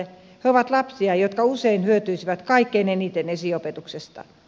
he ovat lapsia jotka usein hyötyisivät kaikkein eniten esiopetuksesta